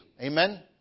Amen